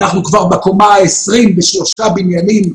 אנחנו כבר בקומה ה-20 בשלושה בניינים.